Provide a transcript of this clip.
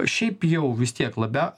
šiaip jau vis tiek labia